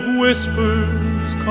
whispers